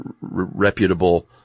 reputable